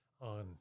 on